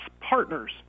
partners